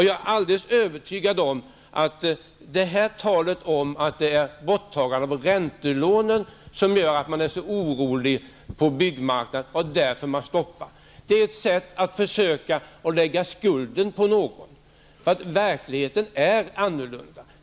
Jag är helt säker på att talet om att det är borttagandet av räntelånen som gör att man är så orolig på byggmarknaden och därför stoppar byggena, är ett sätt att försöka lägga skulden på någon, för verkligheten är annorlunda.